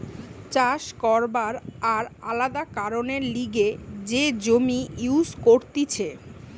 চাষ করবার আর আলাদা কারণের লিগে যে জমি ইউজ করতিছে